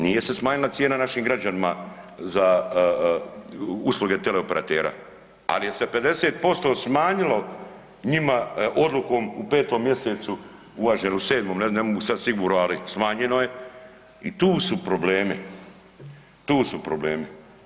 Nije se smanjila cijena našim građanima za usluge teleoperatera, ali je se 50% smanjilo njima odlukom u 5. mjesecu uvaženi, u 7. ne mogu sad sigurno ali smanjeno je i tu su problemi, tu su problemi.